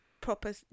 proper